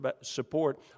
support